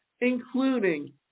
including